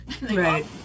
Right